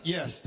Yes